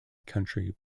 country